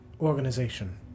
organization